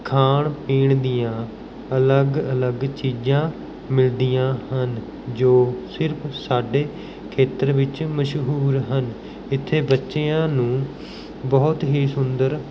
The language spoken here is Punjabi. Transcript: ਖਾਣ ਪੀਣ ਦੀਆਂ ਅਲੱਗ ਅਲੱਗ ਚੀਜ਼ਾਂ ਮਿਲਦੀਆਂ ਹਨ ਜੋ ਸਿਰਫ ਸਾਡੇ ਖੇਤਰ ਵਿੱਚ ਮਸ਼ਹੂਰ ਹਨ ਇੱਥੇ ਬੱਚਿਆਂ ਨੂੰ ਬਹੁਤ ਹੀ ਸੁੰਦਰ